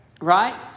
right